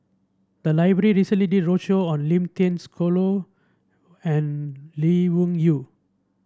the library recently did a roadshow on Lim Thean Soo and Lee Wung Yew